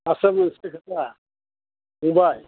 आस्सा नों सिनाय खायोदा फंबाइ